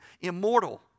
immortal